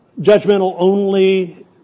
judgmental-only